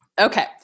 Okay